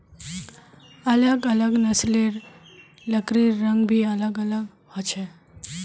अलग अलग नस्लेर लकड़िर रंग भी अलग ह छे